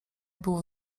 było